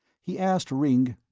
he asked ringg,